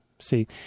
See